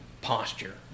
posture